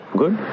good